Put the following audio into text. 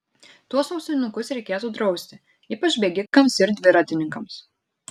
tuos ausinukus reikėtų drausti ypač bėgikams ir dviratininkams